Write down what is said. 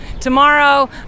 tomorrow